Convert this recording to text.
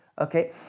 Okay